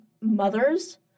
mothers